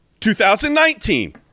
2019